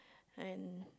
and